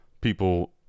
people